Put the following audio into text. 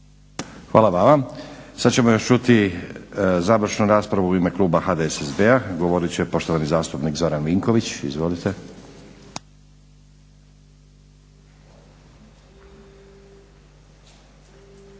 Hvala vama. Sad ćemo još čuti završnu raspravu u ime Kluba HDSSB-a. govorit će poštovani zastupnik Zoran Vinković. Izvolite.